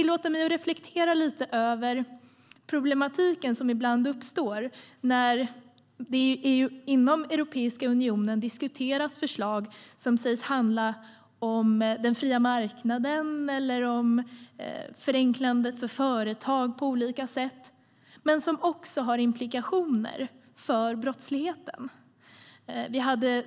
Låt mig reflektera lite över problematiken som ibland uppstår när det inom Europeiska unionen diskuteras förslag som sägs handla om den fria marknaden eller förenklandet för företag men som också får implikationer för brottsligheten.